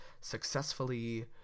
successfully